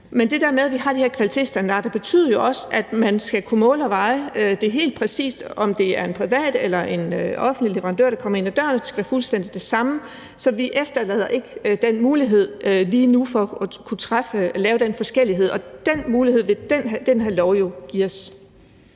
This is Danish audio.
Men det der med, at vi har de her kvalitetsstandarder, betyder jo også, at man skal kunne måle og veje det helt præcist, om det er en privat eller en offentlig leverandør, der kommer ind ad døren, og at det skal være fuldstændig det samme. Så vi efterlader ikke den mulighed lige nu for at kunne lave den forskellighed, og den mulighed vil den her lov jo give os.